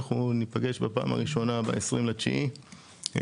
אנחנו ניפגש בפעם הראשונה ב-20 לספטמבר,